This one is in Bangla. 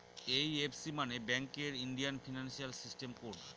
এই.এফ.সি মানে ব্যাঙ্কের ইন্ডিয়ান ফিনান্সিয়াল সিস্টেম কোড